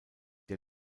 der